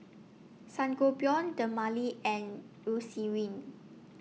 Sangobion Dermale and Eucerin